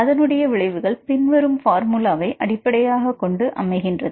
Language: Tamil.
அதனுடைய விளைவுகள் பின்வரும் பார்முலாவை அடிப்படையாகக் கொண்டு அமைகிறது